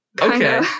Okay